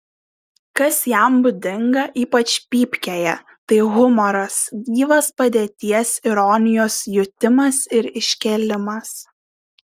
kas jam būdinga ypač pypkėje tai humoras gyvas padėties ironijos jutimas ir iškėlimas